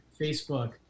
Facebook